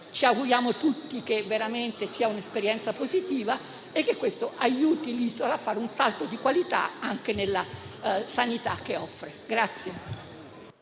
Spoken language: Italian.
Ci auguriamo tutti che sia veramente un'esperienza positiva, che aiuti l'isola a fare un salto di qualità anche nella sanità che offre.